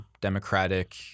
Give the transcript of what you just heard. democratic